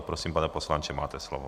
Prosím, pane poslanče, máte slovo.